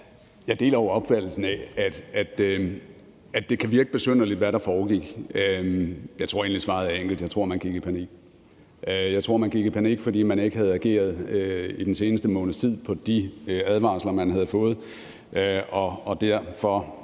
Jeg deler jo opfattelsen af, at det, der foregik, kan virke besynderligt. Jeg tror egentlig, svaret er enkelt: Jeg tror, man gik i panik. Jeg tror, man gik i panik, fordi man ikke havde reageret den seneste måneds tid på de advarsler, man havde fået, og derfor